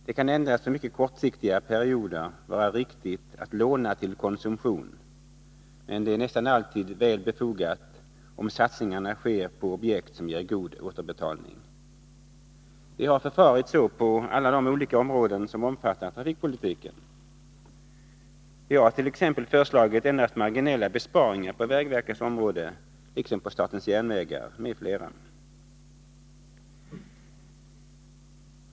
Det kan endast för mycket kortsiktiga perioder vara riktigt att låna till konsumtion, men det är nästan alltid välbefogat att låna om satsningarna sker på objekt som ger god återbetalning. Vi har förfarit så på alla de olika områden som omfattar trafikpolitiken. Vi har t.ex. föreslagit endast marginella besparingar på vägverkets område liksom på statens järnvägars m.fl.